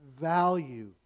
value